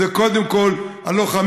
אלה קודם כול הלוחמים,